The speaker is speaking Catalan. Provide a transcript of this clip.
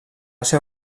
ser